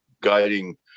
guiding